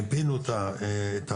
מיפינו את הפערים.